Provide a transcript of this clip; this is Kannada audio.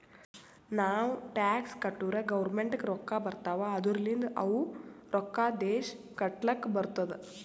ನಾವ್ ಟ್ಯಾಕ್ಸ್ ಕಟ್ಟುರ್ ಗೌರ್ಮೆಂಟ್ಗ್ ರೊಕ್ಕಾ ಬರ್ತಾವ್ ಅದೂರ್ಲಿಂದ್ ಅವು ರೊಕ್ಕಾ ದೇಶ ಕಟ್ಲಕ್ ಬರ್ತುದ್